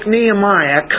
Nehemiah